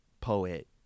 poet